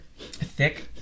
thick